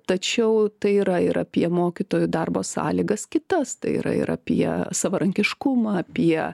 tačiau tai yra ir apie mokytojų darbo sąlygas kitas tai yra ir apie savarankiškumą apie